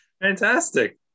Fantastic